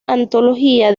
antología